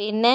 പിന്നെ